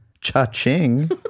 Cha-ching